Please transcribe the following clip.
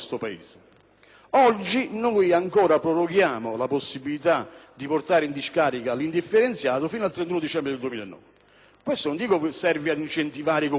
Oggi ancora proroghiamo la possibilità di portare in discarica l'indifferenziato fino al 31 dicembre 2009. Questo non dico che serva ad incentivare i Comuni a non farlo,